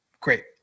Great